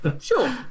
sure